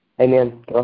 Amen